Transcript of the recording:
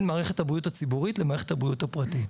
מערכת הבריאות הציבורית לבין מערכת הבריאות הפרטית.